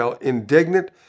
Indignant